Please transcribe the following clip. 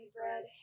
bread